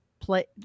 play